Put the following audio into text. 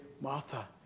Martha